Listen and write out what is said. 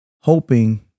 hoping